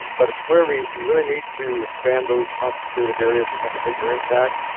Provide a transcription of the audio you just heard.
but it's clear we we really need to expand those concentrated areas and have a bigger impact.